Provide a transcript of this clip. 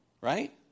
right